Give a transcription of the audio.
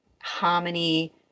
harmony